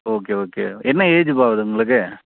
okay okay என்ன ஏஜிப்பா ஆகுது உங்களுக்கு